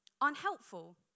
unhelpful